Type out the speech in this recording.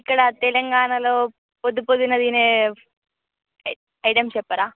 ఇక్కడ తెలంగాణలో పొద్దు పొద్దున్న తినే ఐటమ్స్ చెప్పరా